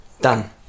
Done